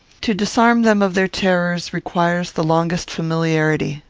to disarm them of their terrors requires the longest familiarity.